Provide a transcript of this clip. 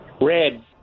red